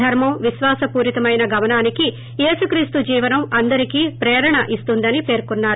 ధర్మం విశ్వాసపూరితమైన గమనానికి యేసు క్రీస్తు జీవనం అందరికీ ప్రేరణనిస్తుందని పేర్కొన్నారు